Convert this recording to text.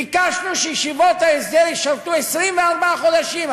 ביקשנו שתלמידי ישיבות ההסדר ישרתו 24 חודשים,